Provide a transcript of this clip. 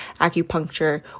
acupuncture